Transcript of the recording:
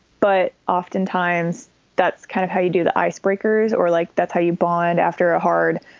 but oftentimes that's kind of how you do the ice breakers or like that's how you bond after a hard,